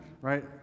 right